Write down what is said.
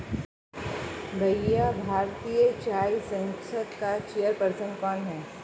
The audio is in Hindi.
भैया भारतीय चाय संघ का चेयर पर्सन कौन है?